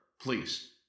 please